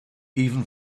even